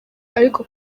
ariko